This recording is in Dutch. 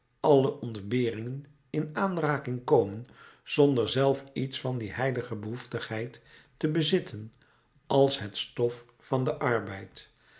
alle ontberingen in aanraking komen zonder zelf iets van die heilige behoeftigheid te bezitten als het stof van den arbeid